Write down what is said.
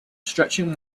stretching